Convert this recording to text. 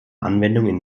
anwendungen